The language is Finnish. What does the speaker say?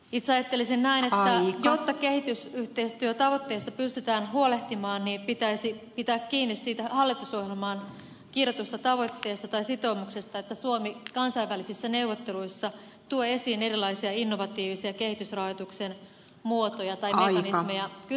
itse ajattelisin näin että jotta kehitysyhteistyötavoitteista pystytään huolehtimaan pitäisi pitää kiinni siitä hallitusohjelmaan kirjatusta tavoitteesta tai sitoumuksesta että suomi kansainvälisissä neuvotteluissa tuo esiin erilaisia innovatiivisia kehitysrahoituksen muotoja tai mekanismeja